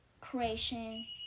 creation